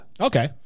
Okay